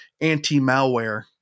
anti-malware